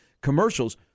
commercials